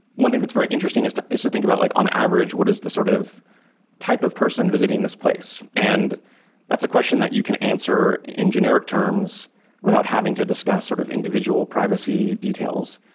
one thing that's very interesting is to is to think about like, on average, what is the sort of type of person visiting this place? and that's a question that you can answer in generic terms without having to discuss sort of individual privacy details.